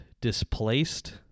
displaced